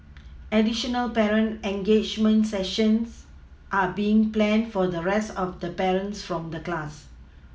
additional parent engagement sessions are being planned for the rest of the parents from the class